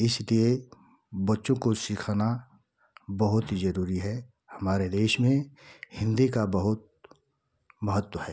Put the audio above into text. इसलिए बच्चों को सिखाना बहुत ही जरूरी है हमारे देश में हिन्दी का बहुत महत्व है